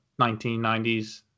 1990s